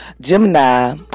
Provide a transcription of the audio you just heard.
Gemini